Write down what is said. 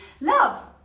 love